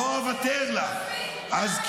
נגמר הזמן שלך.